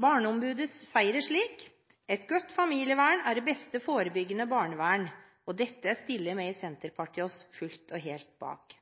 Barneombudet sier det slik: «Et godt familievern er det beste forebyggende barnevern.» Dette stiller vi i Senterpartiet oss fullt og helt bak.